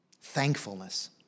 thankfulness